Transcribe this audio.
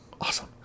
awesome